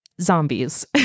Zombies